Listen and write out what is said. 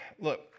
look